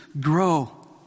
grow